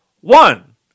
One